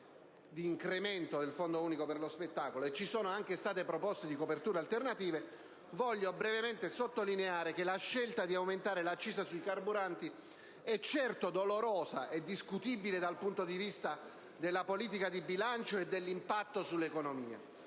di incremento del Fondo unico per lo spettacolo e ci sono state proposte di copertura alternative, voglio brevemente sottolineare che la scelta di aumentare l'accisa sui carburanti è certo dolorosa e discutibile dal punto di vista della politica di bilancio e dell'impatto sull'economia,